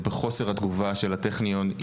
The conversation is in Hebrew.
ובחוסר התגובה של הטכניון,